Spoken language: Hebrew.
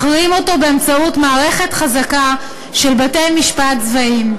מכריעים אותו באמצעות מערכת חזקה של בתי-משפט צבאיים.